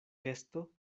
kesto